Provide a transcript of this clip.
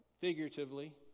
figuratively